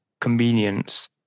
convenience